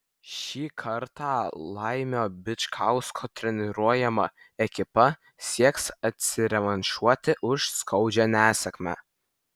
šį kartą laimio bičkausko treniruojama ekipa sieks atsirevanšuoti už skaudžią nesėkmę